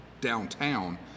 downtown